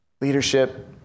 leadership